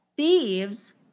Thieves